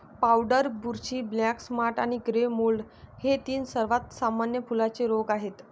powder बुरशी, black spot आणि grey mould हे तीन सर्वात सामान्य फुलांचे रोग आहेत